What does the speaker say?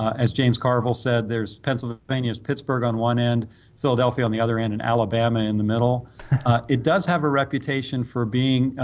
as james carville said there's pencil banyas pittsburgh on one hand so they'll be on the other in and alabama in the middle it does have a reputation for being